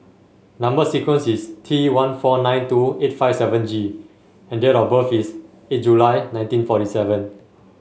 number sequence is T one four nine two eight five seven G and date of birth is eight July nineteen forty seven